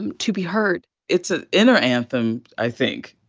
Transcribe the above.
and to be heard it's an inner anthem, i think.